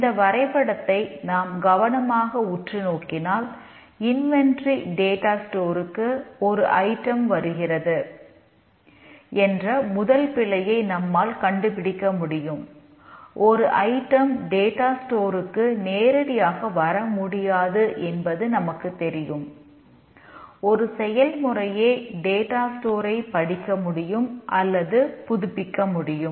இந்த வரைபடத்தை நாம் கவனமாக உற்று நோக்கினால் இன்வெண்டரி படிக்க முடியும் அல்லது புதுப்பிக்க முடியும்